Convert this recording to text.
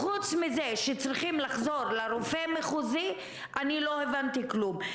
חוץ מזה שצריכים לחזור לרופא המחוזי לא הבנתי כלום.